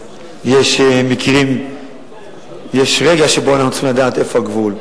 יש רגע שבו אנחנו צריכים לדעת איפה הגבול.